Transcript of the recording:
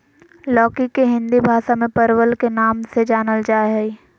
लौकी के हिंदी भाषा में परवल के नाम से जानल जाय हइ